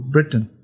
Britain